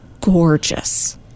gorgeous